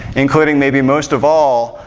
including maybe most of all,